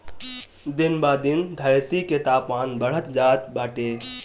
दिन ब दिन धरती के तापमान बढ़त जात बाटे